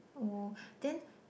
oh then